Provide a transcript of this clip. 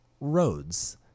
roads